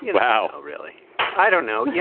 yeah wow. really? i don't know. yeah